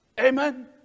Amen